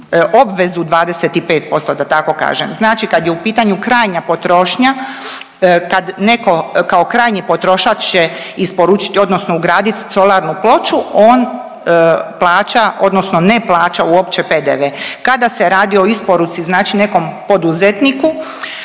obvezu 25%, da tako kažem. Znači kad je u pitanju krajnja potrošnja, kad netko kao krajnji potrošač će isporučiti odnosno ugraditi solarnu ploču, on plaća, odnosno ne plaća uopće PDV. Kada se radi o isporuci, znači nekom poduzetniku,